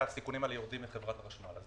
אז הסיכונים האלה יורדים מחברת החשמל.